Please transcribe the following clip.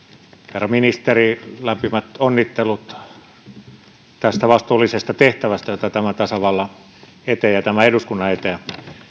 herra ministeri lämpimät onnittelut vastuullisesta tehtävästä jota tämän tasavallan eteen ja tämän eduskunnan eteen